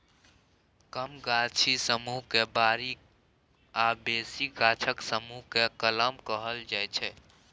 कम गाछक समुह केँ बारी आ बेसी गाछक समुह केँ कलम कहल जाइ छै